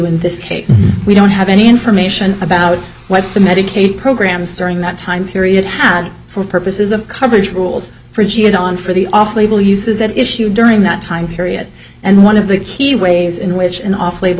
in this case we don't have any information about what the medicaid programs during that time period had for purposes of coverage rules for cheated on for the off label use is at issue during that time period and one of the key ways in which an off label